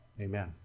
Amen